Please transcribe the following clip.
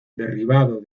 derribado